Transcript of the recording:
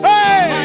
Hey